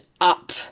up